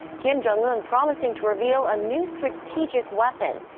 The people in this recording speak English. kim jong-un promising to reveal a new strategic weapon.